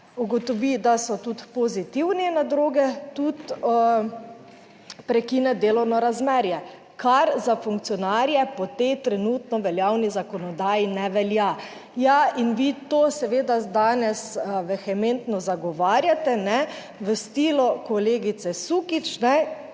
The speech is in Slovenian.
ugotovi, da so tudi pozitivni na droge, tudi prekine delovno razmerje, kar za funkcionarje po tej trenutno veljavni zakonodaji ne velja. Ja, in vi to seveda danes vehementno zagovarjate, kajne, v stilu kolegice Sukič,